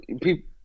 people